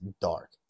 dark